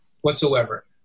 whatsoever